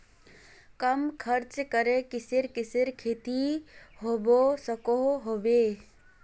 कम खर्च करे किसेर किसेर खेती होबे सकोहो होबे?